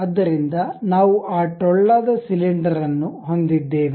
ಆದ್ದರಿಂದ ನಾವು ಆ ಟೊಳ್ಳಾದ ಸಿಲಿಂಡರ್ ಅನ್ನು ಹೊಂದಿದ್ದೇವೆ